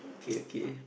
okay okay